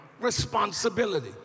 responsibility